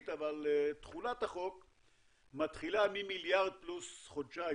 תחולת החוק מתחילה ממיליארד פלוס חודשיים,